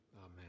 amen